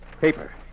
Paper